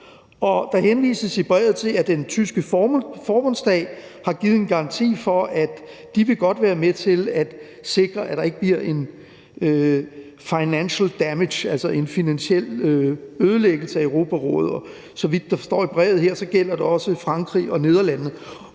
der henvises i brevet til, at den tyske Forbundsdag har givet en garanti for, at de godt vil være med til at sikre, at der ikke bliver en financial damage, altså en finansiel ødelæggelse af Europarådet, og så vidt der står i brevet her, gælder det også Frankrig og Nederlandene.